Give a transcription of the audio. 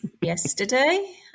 yesterday